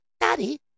Daddy